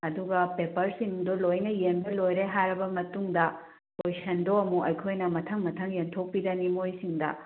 ꯑꯗꯨꯒ ꯄꯦꯄꯔꯁꯤꯡꯗꯣ ꯂꯣꯏꯅ ꯌꯦꯟꯕ ꯂꯣꯏꯔꯦ ꯍꯥꯏꯔꯕ ꯃꯇꯨꯡꯗ ꯀꯣꯏꯁꯟꯗꯣ ꯑꯃꯨꯛ ꯑꯩꯈꯣꯏꯅ ꯃꯊꯪ ꯃꯊꯪ ꯌꯦꯟꯊꯣꯛꯄꯤꯔꯅꯤ ꯃꯣꯏꯁꯤꯡꯗ